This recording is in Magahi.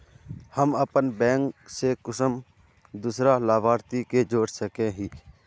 हम अपन बैंक से कुंसम दूसरा लाभारती के जोड़ सके हिय?